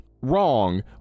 wrong